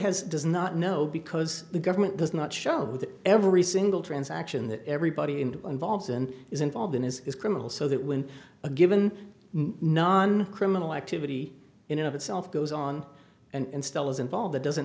has does not know because the government does not show that every single transaction that everybody in involved in is involved in is criminal so that when a given non criminal activity in and of itself goes on and still is involved that doesn't